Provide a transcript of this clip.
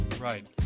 right